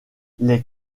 les